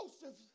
Joseph